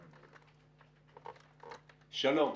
שלום,